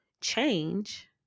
change